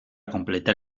completar